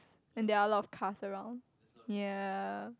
and there are a lot of cars around ya